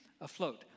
afloat